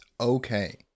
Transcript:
okay